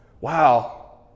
Wow